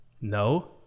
No